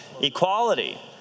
Equality